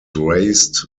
raised